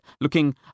looking